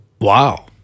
Wow